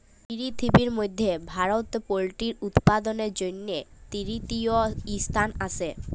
পিরথিবির ম্যধে ভারত পোলটিরি উৎপাদনের জ্যনহে তীরতীয় ইসথানে আসে